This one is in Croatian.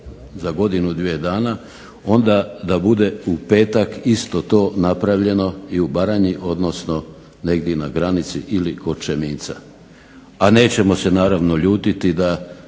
za godinu, dvije dana, onda da bude u petak isto to napravljeno i u Baranji odnosno negdje na granici ili kod Čeminca. A nećemo se naravno ljutiti da